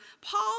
Paul